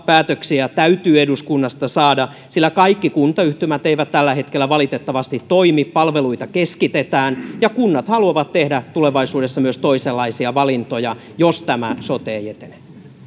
päätöksiä täytyy eduskunnasta saada sillä kaikki kuntayhtymät eivät tällä hetkellä valitettavasti toimi palveluita keskitetään ja kunnat haluavat tehdä tulevaisuudessa myös toisenlaisia valintoja jos tämä sote ei etene